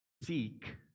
seek